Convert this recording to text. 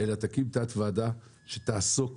אלא תקים תת-ועדה שתעסוק